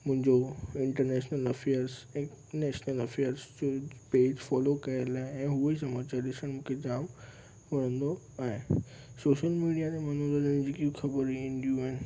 मुंहिंजो international affairs ऐं national affairs जूं पेज फॉलो कयलु आहे ऐं उहे समाचार ॾिसणु मूंखे जामु वणंदो आहे सोशल मीडिया ते मनोंरंजन जी जेकी बि ख़बरु ईंदियूं आहिनि